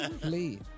Please